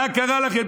מה קרה לכם?